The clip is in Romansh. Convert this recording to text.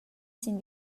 sin